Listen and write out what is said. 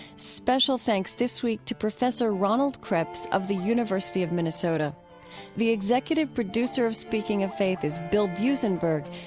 special thanks this week to professor ronald krebs of the university of minnesota the executive producer of speaking of faith is bill buzenberg.